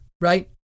right